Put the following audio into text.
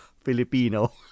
Filipino